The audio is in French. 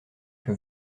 que